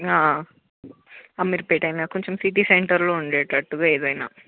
అమీర్పేట్ అయిన కొంచెం సిటీ సెంటర్లో ఉండేటట్టుగా ఏదైన